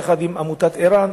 יחד עם עמותת ער"ן,